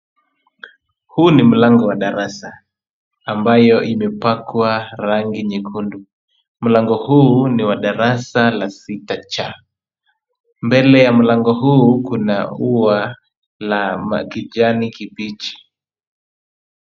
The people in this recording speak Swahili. Huu ni mlango wa darasa ambayo imepakwa rangi nyekundu. Mlango huu ni wa darasa la 6C. Mbele ya mlango huu kuna ua la kijani kibichi.